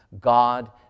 God